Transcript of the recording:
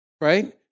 right